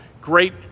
Great